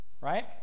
Right